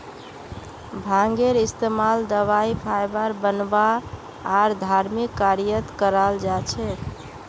भांगेर इस्तमाल दवाई फाइबर बनव्वा आर धर्मिक कार्यत कराल जा छेक